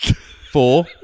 Four